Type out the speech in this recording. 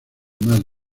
más